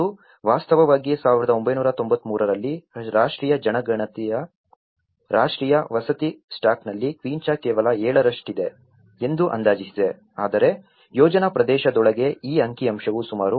ಮತ್ತು ವಾಸ್ತವವಾಗಿ 1993 ರಲ್ಲಿ ರಾಷ್ಟ್ರೀಯ ಜನಗಣತಿಯು ರಾಷ್ಟ್ರೀಯ ವಸತಿ ಸ್ಟಾಕ್ನಲ್ಲಿ ಕ್ವಿಂಚಾ ಕೇವಲ 7 ರಷ್ಟಿದೆ ಎಂದು ಅಂದಾಜಿಸಿದೆ ಆದರೆ ಯೋಜನಾ ಪ್ರದೇಶದೊಳಗೆ ಈ ಅಂಕಿ ಅಂಶವು ಸುಮಾರು 30 ಕ್ಕೆ ಏರಿತು